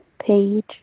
page